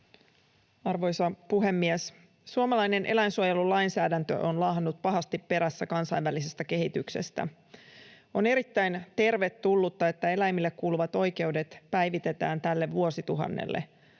Arvoisa puhemies! Suomalainen eläinsuojelulainsäädäntö on laahannut pahasti perässä kansainvälisestä kehityksestä. On erittäin tervetullutta, että eläimille kuuluvat oikeudet päivitetään tälle vuosituhannelle.